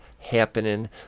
happening